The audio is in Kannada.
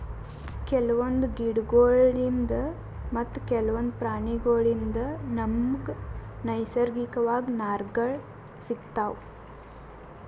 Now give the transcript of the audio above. ಕೆಲವೊಂದ್ ಗಿಡಗೋಳ್ಳಿನ್ದ್ ಮತ್ತ್ ಕೆಲವೊಂದ್ ಪ್ರಾಣಿಗೋಳ್ಳಿನ್ದ್ ನಮ್ಗ್ ನೈಸರ್ಗಿಕವಾಗ್ ನಾರ್ಗಳ್ ಸಿಗತಾವ್